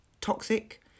toxic